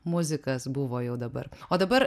muzikas buvo jau dabar o dabar